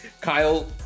Kyle